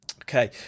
Okay